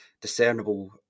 discernible